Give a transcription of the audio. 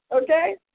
okay